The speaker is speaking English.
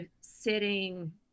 sitting